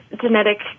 genetic